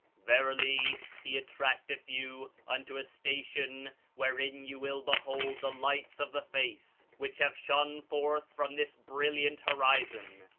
verily, he attracteth you unto a station wherein you will behold the lights of the face, which have shone forth from this bril liant horizon.